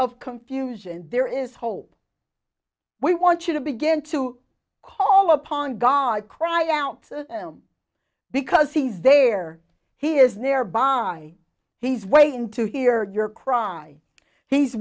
of confusion there is hope we want you to begin to call upon god cry out because he's there he is nearby he's waiting to hear your chronic he's